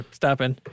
stopping